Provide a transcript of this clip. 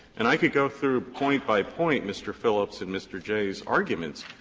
and i could go through point by point, mr. phillips, and mr. jay's argument,